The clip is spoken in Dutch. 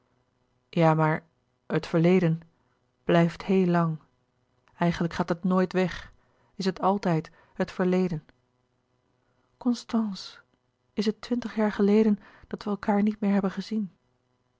ja maar het verleden blijft heel lang eigenlijk gaat het nooit weg is het altijd het verleden constance is het twintig jaren geleden dat wij elkaâr niet meer hebben gezien